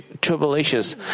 tribulations